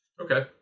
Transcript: okay